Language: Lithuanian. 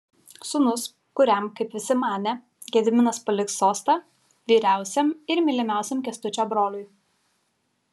sūnus kuriam kaip visi manė gediminas paliks sostą vyriausiam ir mylimiausiam kęstučio broliui